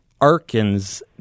Arkin's